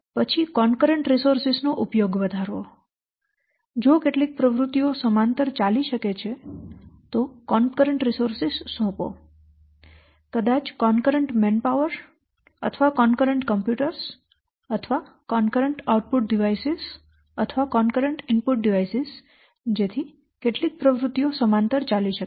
પછી સહવર્તી રિસોર્સ નો ઉપયોગ વધારવો જો કેટલીક પ્રવૃત્તિઓ સમાંતર ચાલી શકે છે તો સહવર્તી સંસાધનો સોંપો કદાચ સહવર્તી મેનપાવર અથવા સમકાલીન કમ્પ્યુટર્સ અથવા સહવર્તી આઉટપુટ ડિવાઇસીસ અથવા સહવર્તી ઇનપુટ ડિવાઇસીસ જેથી કેટલીક પ્રવૃત્તિઓ સમાંતર ચાલી શકે